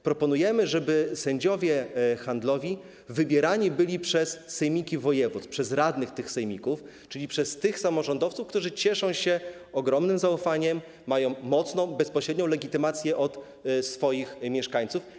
Proponujemy, żeby sędziowie handlowi wybierani byli przez sejmiki województw, przez radnych tych sejmików, czyli przez samorządowców, którzy cieszą się ogromnym zaufaniem, mają mocną, bezpośrednią legitymację od swoich mieszkańców.